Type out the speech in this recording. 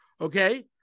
Okay